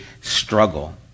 struggle